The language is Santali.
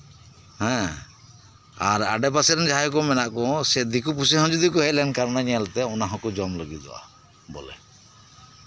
ᱦᱮᱸ ᱟᱨ ᱟᱰᱮ ᱯᱟᱥᱮ ᱨᱮᱱ ᱡᱟᱦᱟᱸᱭ ᱠᱚ ᱢᱮᱱᱟᱜ ᱠᱚ ᱥᱮ ᱫᱤᱠᱩ ᱯᱩᱥᱤ ᱦᱚᱸ ᱡᱩᱫᱤ ᱠᱚ ᱦᱮᱡ ᱞᱮᱱᱠᱷᱟᱱ ᱚᱱᱟ ᱧᱮᱞᱛᱮ ᱚᱱᱟ ᱦᱚᱸᱠᱚ ᱡᱚᱢ ᱞᱟᱹᱜᱤᱫᱚᱜᱼᱟ ᱵᱚᱞᱮ